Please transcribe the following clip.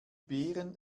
beeren